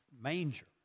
manger